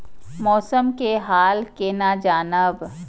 मौसम के हाल केना जानब?